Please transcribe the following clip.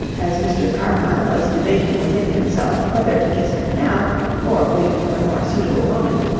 as mr. carmyle was debating within himself whether to kiss her now or wait for a more suitable moment,